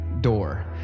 door